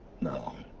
now.